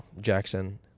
Jackson